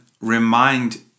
remind